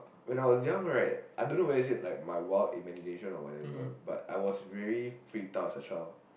when I was young right I don't know whether is it like my wild imagination or whatever but I was very freaked out as a child